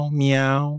meow